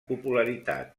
popularitat